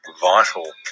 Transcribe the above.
vital